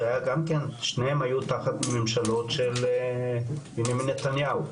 שניהם היו תחת ממשלות של בנימין נתניהו.